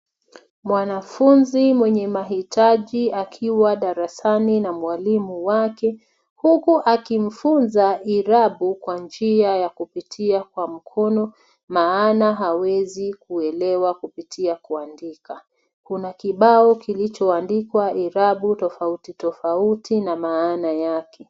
Mwanafunzi mwenye mahitaji akiwa darasani na mwalimu wake huku akimfunza irabu kwa njia yakupitia kwa mkono maana hawezi kuelewa kupitia kuandika. Kuna kibao kilichoandikwa irabu tofautitofauti na maana yake.